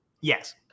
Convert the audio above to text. Yes